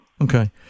Okay